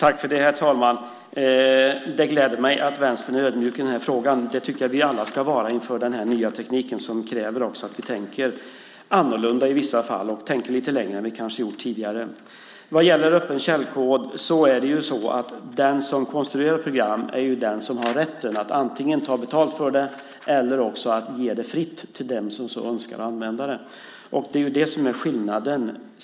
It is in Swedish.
Herr talman! Det gläder mig att Vänstern är ödmjuk i den här frågan. Det tycker jag att vi alla ska vara inför den här nya tekniken som också kräver att vi tänker annorlunda i vissa fall och tänker lite längre än vi kanske gjort tidigare. När det gäller öppen källkod vill jag säga att den som konstruerar program är den som har rätten att antingen ta betalt för det eller att ge det fritt till dem som önskar använda det. Det är det som är skillnaden.